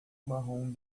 marrom